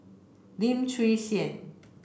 Lim Chwee Chian